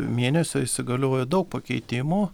mėnesio įsigaliojo daug pakeitimų